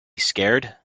scared